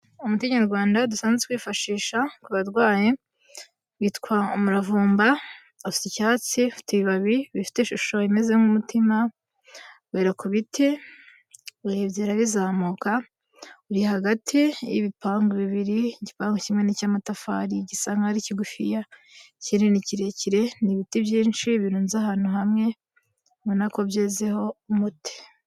Umuco Nyarwanda dusanzwe twifashisha ku barwayi umuravumba os icyatsi ibibabi bifite ishusho imeze nk'umutima wi ku biti biregera bizamuka uri hagati y'ibipangu bibiri igipangu kimwe cy'amatafari gisanka ari kigufi kinini kirekire n'ibiti byinshi birunnze ahantu hamwe mukobyezeho umuti.